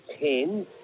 ten